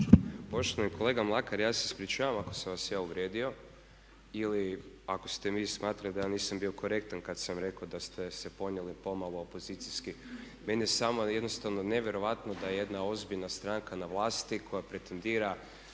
Poštovani kolega Mlakar, ja se ispričavam ako sam vas ja uvrijedio ili ako ste vi smatrali da ja nisam bio korektan kad sam rekao da ste ponijeli pomalo opozicijski. Meni je samo jednostavno nevjerojatno da jedna ozbiljna stranka na vlasti koja pretendira,